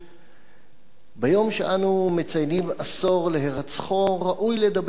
ביום שאנו מציינים עשור להירצחו ראוי לדבר על דרכו המדינית.